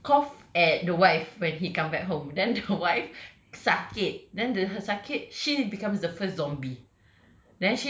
then the doctor cough at the wife when he come back home then the wife sakit then the sakit she becomes the first zombie